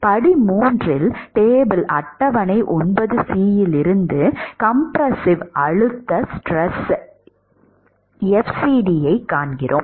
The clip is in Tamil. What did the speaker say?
படி 3 இல் டேபிள் 9C இலிருந்து கம்ப்ரசிவ் ஸ்ட்ரெஸ் எஃப்சிடியைக் காண்கிறோம்